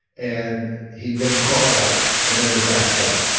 and he then crawled out and then the glass fell.